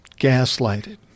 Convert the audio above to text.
gaslighted